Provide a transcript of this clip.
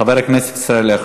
חבר הכנסת ישראל אייכלר.